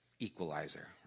equalizer